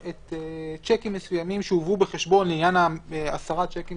שיקים מסוימים שהובאו בחשבון לעניין עשרת השיקים